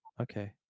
okay